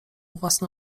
własne